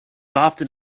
often